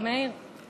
מפריעים לנו.